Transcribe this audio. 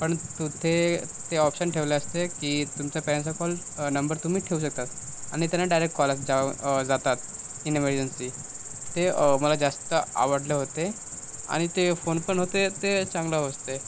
पण तिथे ते ऑप्शन ठेवला असते की तुमचा पॅन्सचा कॉल नंबर तुम्ही ठेऊ शकता आणि त्यांना डायरेक कॉलाक जाव जातात इन इमर्जन्सी ते मला जास्त आवडलं होते आणि ते फोन पण होते ते चांगला असते